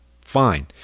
fine